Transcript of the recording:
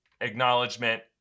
acknowledgement